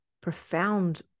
profound